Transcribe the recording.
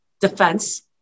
defense